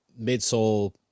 midsole